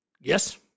Yes